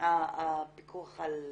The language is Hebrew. הפיקוח על